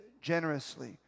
generously